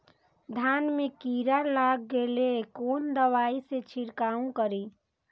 धान में कीरा लाग गेलेय कोन दवाई से छीरकाउ करी?